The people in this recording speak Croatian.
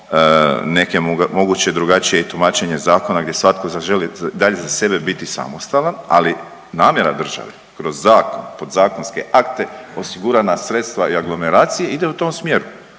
neke moguće drugačije i tumačenje zakona gdje svatko zaželi dalje za sebe biti samostalan. Ali namjera države kroz zakon, podzakonske akte, osigurana sredstva i aglomeracije ide u tom smjeru.